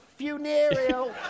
funereal